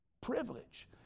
privilege